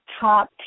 top